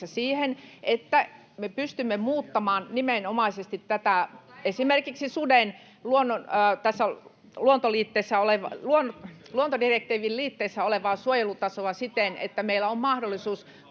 siihen, että me pystymme muuttamaan nimenomaisesti esimerkiksi tätä suden luontodirektiivin liitteessä olevaa suojelutasoa siten, [Perussuomalaisten